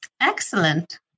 Excellent